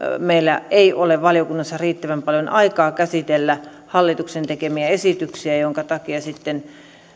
meillä ei ole valiokunnassa riittävän paljon aikaa käsitellä hallituksen tekemiä esityksiä minkä takia sitten